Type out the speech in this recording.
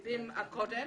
בכל זאת.